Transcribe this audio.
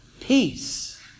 Peace